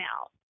out